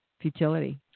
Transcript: futility